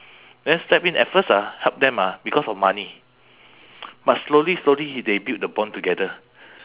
then step in at first ah help them ah because of money but slowly slowly he they build the bond together